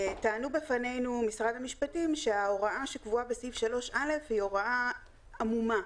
טענו בפנינו משרד המשפטים שההוראה שקבועה בסעיף 3(א) היא הוראה עמומה,